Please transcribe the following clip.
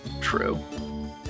true